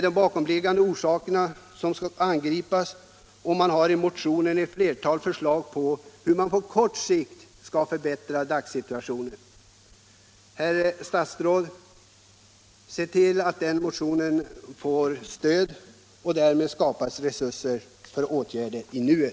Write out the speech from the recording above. De bakomliggande orsakerna måste angripas. I motionen finns flera förslag till hur man på kort sikt bör kunna förbättra dagssituationen. Herr statsråd! Se till att den motionen får stöd! Därmed skapas resurser för att åtgärder vidtas i nuet.